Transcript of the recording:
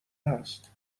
هست